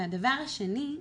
והדבר השני,